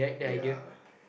ya